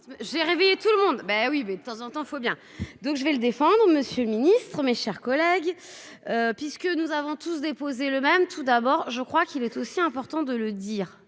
j'ai réveillé tout le monde, ben oui, mais de temps en temps, il faut bien, donc je vais le défendre Monsieur le Ministre, mes chers collègues, puisque nous avons tous déposé le même : tout d'abord, je crois qu'il est aussi important de le dire,